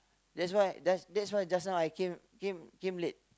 that's why that that's why just now I came came came late